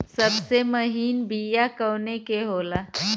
सबसे महीन बिया कवने के होला?